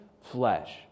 flesh